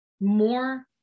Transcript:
more